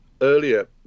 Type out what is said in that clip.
earlier